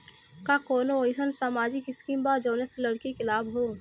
का कौनौ अईसन सामाजिक स्किम बा जौने से लड़की के लाभ हो?